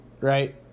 right